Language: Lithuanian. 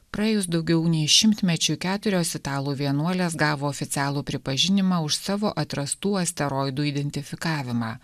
praėjus daugiau nei šimtmečiui keturios italų vienuolės gavo oficialų pripažinimą už savo atrastų asteroidų identifikavimą